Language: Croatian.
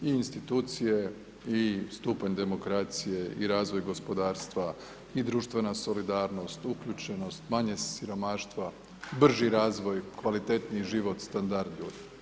I institucije i stupanj demokracije i razvoj gospodarstva i društvena solidarnost, uključenost, manje siromaštva, brži razvoj, kvalitetniji život, standard ljudi.